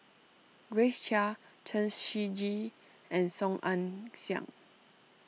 Grace Chia Chen Shiji and Song Ong Siang